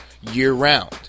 year-round